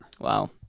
Wow